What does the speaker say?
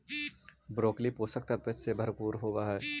broccoli पोषक तत्व से भरपूर होवऽ हइ